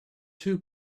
too